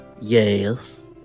Yes